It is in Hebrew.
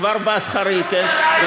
כבר באתי על שכרי, כן?